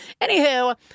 Anywho